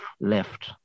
left